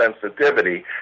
sensitivity